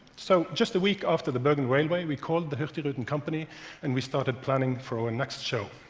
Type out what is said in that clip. so just a week after the bergen railway, we called the hurtigruten company and we started planning for our next show.